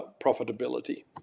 profitability